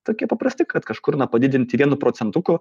tokie paprasti kad kažkur na padidinti vienu procentuku